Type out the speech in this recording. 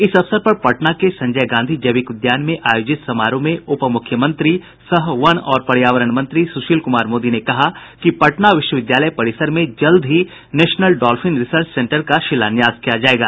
इस अवसर पर पटना के संजय गांधी जैविक उद्यान में आयोजित समारोह में उप मूख्यमंत्री सह वन और पर्यावरण मंत्री सुशील कुमार मोदी ने कहा कि पटना विश्वविद्यालय परिसर में जल्द ही नेशनल डॉल्फिन रिसर्च सेंटर का शिलान्यास किया जायेगा